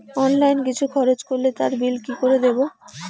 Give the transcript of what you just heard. Online কিছু খরচ করলে তার বিল কি করে দেবো?